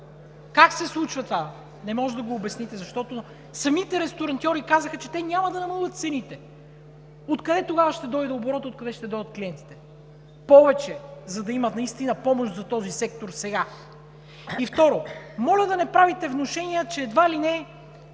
Как се случва това? Не може да го обясните, защото самите ресторантьори казаха, че те няма да намалят цените. Откъде тогава ще дойде оборотът, откъде ще дойдат клиентите, повече, за да има настина помощ за този сектор сега?! И, второ, моля да не правите внушения, че, едва ли не,